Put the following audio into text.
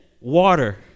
water